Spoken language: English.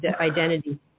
identity